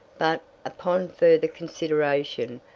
but, upon further consideration,